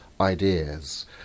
ideas